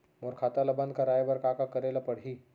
मोर खाता ल बन्द कराये बर का का करे ल पड़ही?